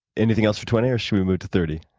anything else for twenty or should move to thirty?